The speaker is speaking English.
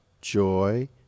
joy